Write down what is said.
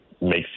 makes